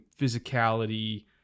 physicality